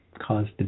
caused